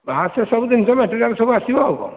ବାହାରୁ ତ ସବୁ ଜିନିଷ ମ୍ୟାଟେରିଆଲ୍ ସବୁ ଆସିବ ଆଉ କ'ଣ